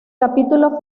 capítulo